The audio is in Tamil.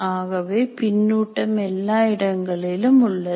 ஆகவே பின்னூட்டம் எல்லா இடங்களிலும் உள்ளது